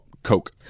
Coke